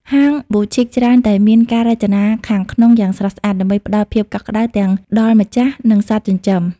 ហាង Boutique ច្រើនតែមានការរចនាខាងក្នុងយ៉ាងស្រស់ស្អាត ដើម្បីផ្ដល់ភាពកក់ក្ដៅទាំងដល់ម្ចាស់ និងសត្វចិញ្ចឹម។